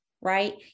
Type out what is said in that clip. right